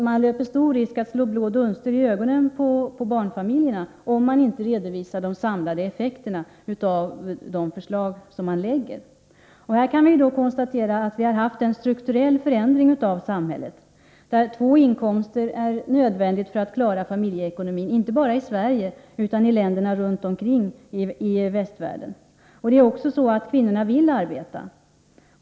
Man löper stor risk att slå blå dunster i ögonen på barnfamiljerna om man inte redovisar de samlade effekterna av de förslag som läggs fram. Här kan vi konstatera att det har skett en strukturell förändring i samhället, där det är nödvändigt med två inkomster för att klara familjeekonomin, inte bara i Sverige utan även i andra länder i västvärlden. Kvinnorna vill ju arbeta.